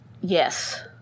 Yes